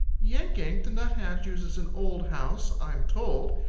yank-yank the nuthatch uses an old house, i'm told,